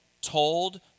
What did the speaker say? told